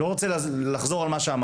אני לא רוצה לחזור על מה שאמרתי,